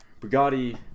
Bugatti